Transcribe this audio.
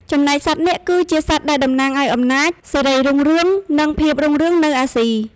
ចំណែកសត្វនាគ គឺជាសត្វដែលតំណាងឱ្យអំណាច សិរីរុងរឿង និងភាពរុងរឿងនៅអាស៊ី។